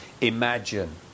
imagine